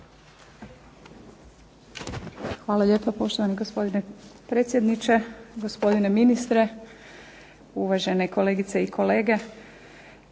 Hvala lijepa, poštovani gospodine predsjedniče. Gospodine ministre, uvažene kolegice i kolege.